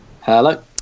Hello